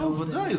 ודאי.